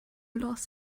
last